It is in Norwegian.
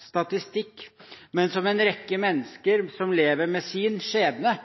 statistikk, men som en rekke mennesker som lever med sin skjebne,